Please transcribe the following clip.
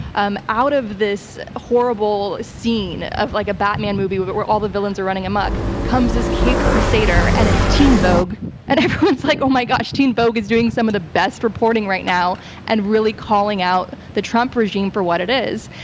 um out of this horrible scene of like a batman movie where but where all the villains are running amuck, comes as caped crusader and it's teen vogue and everyone's like oh my gosh teen vogue is doing some of the best reporting right now and really calling out the trump regime for what it is.